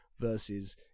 Versus